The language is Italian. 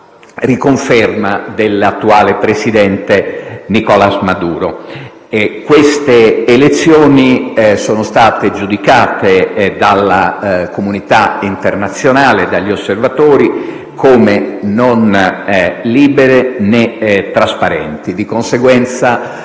riconferma dell'attuale presidente, Nicolás Maduro. Queste elezioni sono state giudicate dalla comunità internazionale e dagli osservatori come non libere e non trasparenti. Di conseguenza,